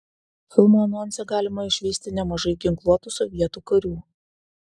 filmo anonse galima išvysti nemažai ginkluotų sovietų karių